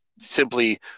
simply